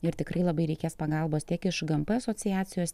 ir tikrai labai reikės pagalbos tiek iš gmp asociacijos